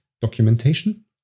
documentation